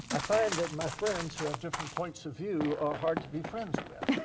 i find that my friends who have different points of view are hard to be friends with.